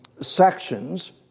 sections